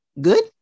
good